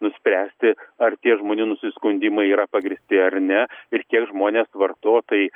nuspręsti ar tie žmonių nusiskundimai yra pagrįsti ar ne ir tie žmonės vartotojai